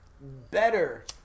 better